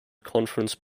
conference